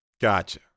Gotcha